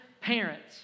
parents